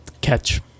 catch